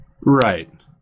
Right